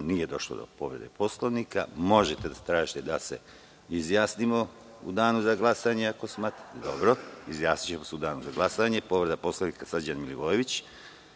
nije došlo do povrede Poslovnika. Možete da tražite da se izjasnimo u danu za glasanje ako smatrate. Dobro. Izjasnićemo se u danu za glasanje. Povreda Poslovnika, Srđan Milivojević.